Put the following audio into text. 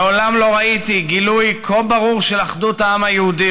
מעולם לא ראיתי גילוי כה ברור של אחדות העם היהודי",